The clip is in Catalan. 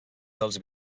dels